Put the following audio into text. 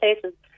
places